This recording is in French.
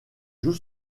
joues